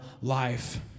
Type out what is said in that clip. life